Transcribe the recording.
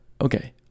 okay